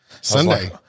Sunday